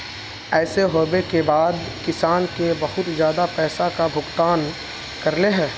ऐसे होबे के बाद किसान के बहुत ज्यादा पैसा का भुगतान करले है?